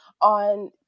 on